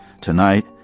Tonight